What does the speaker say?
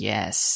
Yes